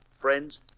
Friends